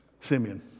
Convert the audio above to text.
Simeon